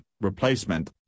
replacement